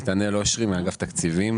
נתנאל אשרי מאגף תקציבים